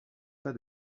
pas